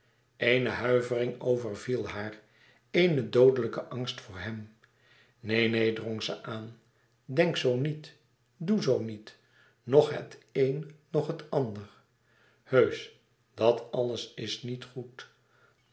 eene huivering overviel haar eene doodelijke angst voor hem neen neen drong ze aan denk zoo niet doe zoo niet noch het een noch het ander heusch dat alles is niet goed